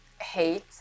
hate